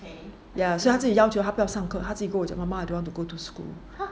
ya 所以她自己要求她不要上课他自己跟我讲 ma I don't want to go to school